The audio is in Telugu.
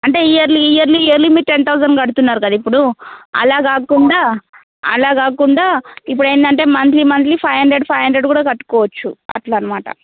అంటే ఇయర్లీ ఇయర్లీ ఇయర్లీ మీరు టెన్ థౌసండ్ కడుతున్నారు కదా ఇప్పుడు అలా కాకుండా అలా కాకుండా ఇప్పుడు ఏంటంటే monthly monthly five hundred five hundred కూడా కట్టవచ్చు అలా అన్నమాట